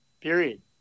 period